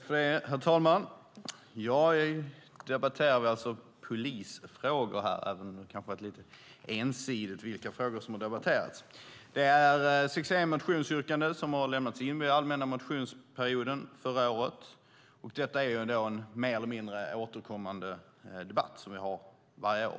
Herr talman! I dag debatterar vi alltså polisfrågor här, även om det kanske har varit lite ensidigt vilka frågor som har debatterats. Det är 61 motionsyrkanden som har lämnats in under allmänna motionsperioden förra året. Detta är en mer eller mindre återkommande debatt som vi har varje år.